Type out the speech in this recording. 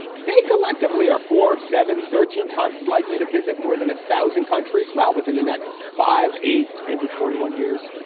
they collectively are four, seven, thirteen times as likely to visit more than a thousand countries well within the next five eight four hundred forty one years.